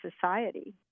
society